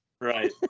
Right